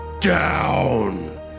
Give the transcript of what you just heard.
down